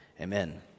Amen